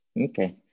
okay